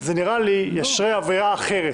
נראה לי שזה ישרה אווירה אחרת